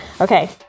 okay